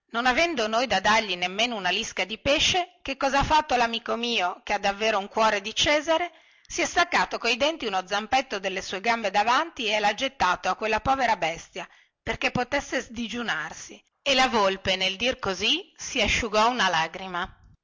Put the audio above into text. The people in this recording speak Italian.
non avendo noi da dargli nemmeno una lisca di pesce che cosa ha fatto lamico mio che ha davvero un cuore di cesare si è staccato coi denti uno zampetto delle sue gambe davanti e lha gettato a quella povera bestia perché potesse sdigiunarsi e la volpe nel dir così si asciugò una lacrima